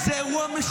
זה אירוע משוגע.